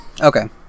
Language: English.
Okay